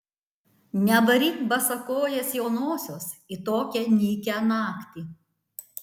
nevaryk basakojės jaunosios į tokią nykią naktį